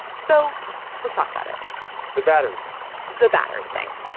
so let's talk about it the battery thing the battery thing.